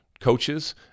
coaches